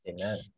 amen